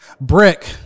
Brick